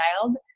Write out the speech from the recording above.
child